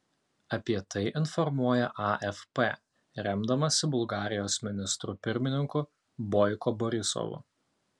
apie tai informuoja afp remdamasi bulgarijos ministru pirmininku boiko borisovu